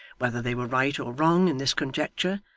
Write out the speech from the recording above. whether they were right or wrong in this conjecture,